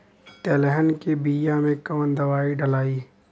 तेलहन के बिया मे कवन दवाई डलाई?